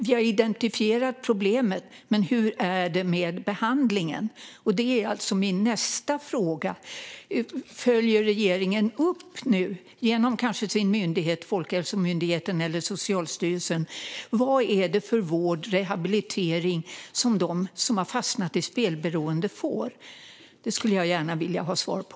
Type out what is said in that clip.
Vi har identifierat problemet, men hur är det med behandlingen? Det är min nästa fråga. Följer regeringen upp genom sina myndigheter Folkhälsomyndigheten och Socialstyrelsen vad det är för vård och rehabilitering som de som har fastnat i spelberoende får? Det skulle jag gärna vilja ha svar på.